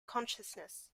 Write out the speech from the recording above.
consciousness